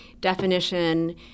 definition